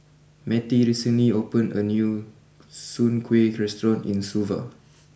Mettie recently opened a new Soon Kueh restaurant in Suva